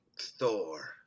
Thor